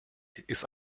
ist